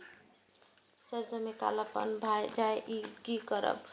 सरसों में कालापन भाय जाय इ कि करब?